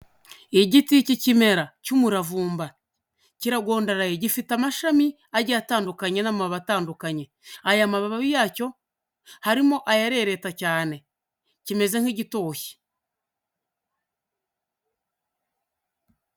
Igiti k'ikimera cy'umuravumba, kiragondaraye gifite amashami agiye atandukanye n'amababi atandukanye, aya mababi yacyo, harimo ayarereta cyane kimeze nk'igitoshye.